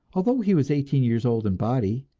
although he was eighteen years old in body,